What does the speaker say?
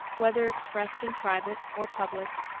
whether expressed in private or public,